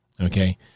Okay